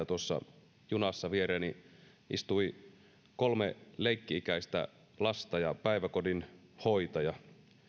tuossa junassa viereeni istui kolme leikki ikäistä lasta ja päiväkodin hoitaja